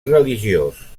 religiós